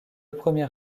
premier